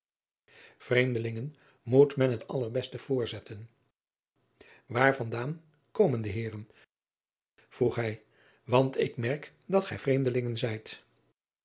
reemdelingen moet men van het allerbeste voorzetten aar van daan komen de eeren vroeg hij want ik merk dat gij vreemdelingen zijt